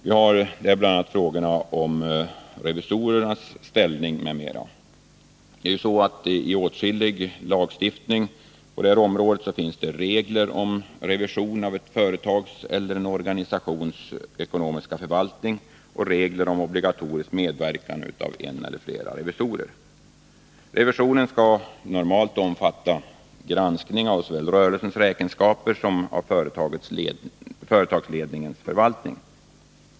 Vi har där bl.a. frågorna om revisorernas ställning m.m. I åtskillig lagstiftning på detta område finns regler för revision av ett företags eller en organisations ekonomiska förvaltning och regler om obligatorisk medverkan av en eller flera revisorer. Revisionen skall normalt omfatta granskning av såväl rörelsens räkenskaper som företagsledningens förvaltning.